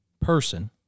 person